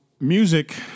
Music